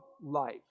life